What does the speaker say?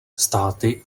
státy